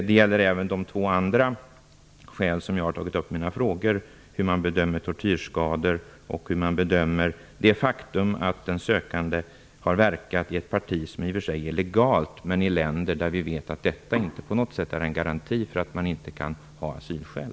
Detta gäller också de två andra skäl som jag har tagit upp i mina frågor, nämligen hur man bedömer tortyrskador och det faktum att den sökande har verkat i ett parti som i och för sig är legalt men har gjort det i ett land där detta inte är någon garanti för att man inte har asylskäl.